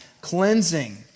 cleansing